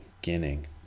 beginning